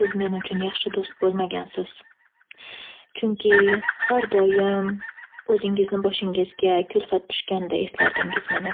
Siz men uchun yaxshi do'st bo'lmagansiz. Chunki har doim o'zingizni boshingizga kulfat tushganida eslardingiz meni.